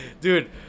dude